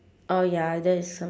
oh ya that is some